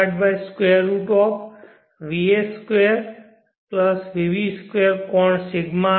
vα√vα2 v 2 કોણ ρ આપશે